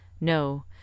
No